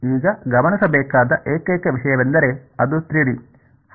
ಈಗ ಗಮನಿಸಬೇಕಾದ ಏಕೈಕ ವಿಷಯವೆಂದರೆ ಅದು 3 ಡಿ